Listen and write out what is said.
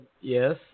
yes